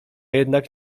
jednak